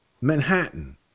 Manhattan